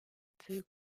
peu